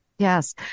Yes